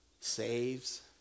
saves